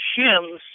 shims